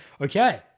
Okay